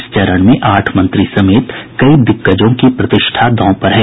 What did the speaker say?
इस चरण में आठ मंत्री समेत कई दिग्गजों की प्रतिष्ठा दांव पर है